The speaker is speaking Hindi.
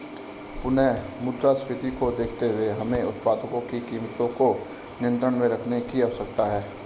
पुनः मुद्रास्फीति को देखते हुए हमें उत्पादों की कीमतों को नियंत्रण में रखने की आवश्यकता है